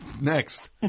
next